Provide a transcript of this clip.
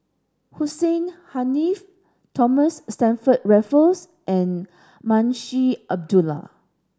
Hussein Haniff Thomas Stamford Raffles and Munshi Abdullah